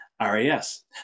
RAS